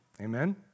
Amen